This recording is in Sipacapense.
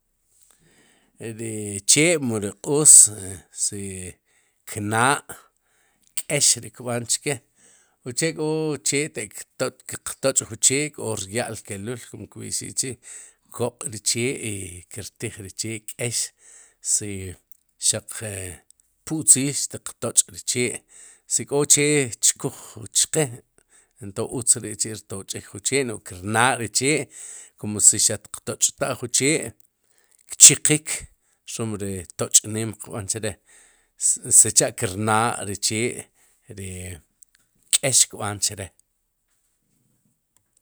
Ri chee mu ri q'oos si knaa' k'ex ri kb'aan chke uche k'o chee te tok ttiq toch'ju chee k'o rya'l kelul kum kb'ixik k'chi' koq'ri chee, i kirtij ri chee k'ex si xaq e putziil tiq toch'ri chee si k'o che tchkuj chqe ento utz ri'chi'rtoch'ik jun chee no'j kirnaa ju chee kum si xaq tiq toch'ta'jun chee kchiqiq rom ri toch'neem qb'an chre'sicha'kir naa ri chee ri k'eex kb'aan chere'.